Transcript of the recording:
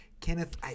Kenneth